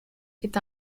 est